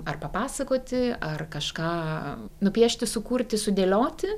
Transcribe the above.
ar papasakoti ar kažką nupiešti sukurti sudėlioti